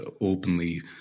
openly